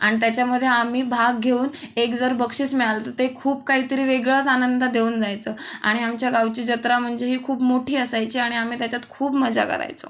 आणि त्याच्यामध्ये आम्ही भाग घेऊन एक जर बक्षीस मिळालं तर ते खूप काहीतरी वेगळाच आनंद देऊन जायचं आणि आमच्या गावची जत्रा म्हणजे ही खूप मोठी असायची आणि आम्ही त्याच्यात खूप मजा करायचो